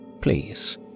Please